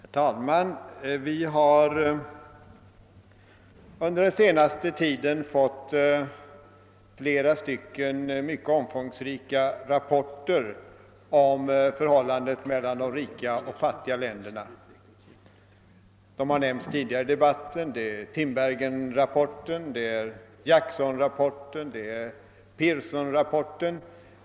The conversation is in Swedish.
Herr talman! Vi har under den senaste tiden fått uppleva mycket omfångsrika rapporter om förhållandet mellan de rika och de fattiga länderna. De har nämnts tidigare i debatten: det är Tinbergenrapporten, Jacksonrapporten, Pearsonrapporten.